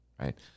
right